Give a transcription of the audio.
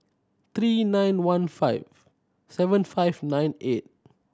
three nine one five seven five nine eight